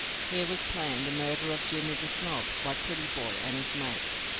here was planned the murder of jimmy the snob by prettyboy and his mates,